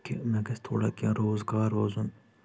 کہِ مےٚ گژھِ تھوڑا کینٛہہ روزگار روزُن